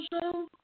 show